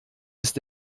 ist